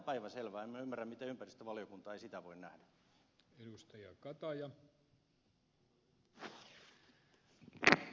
en minä ymmärrä miten ympäristövaliokunta ei sitä voi nähdä